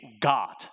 God